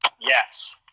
Yes